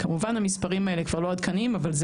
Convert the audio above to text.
כמובן שהמספרים האלה כבר לא עדכניים אבל זה